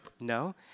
No